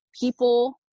people